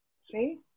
see